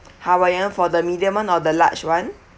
hawaiian for the medium one or the large one